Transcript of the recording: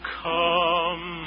come